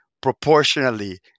proportionally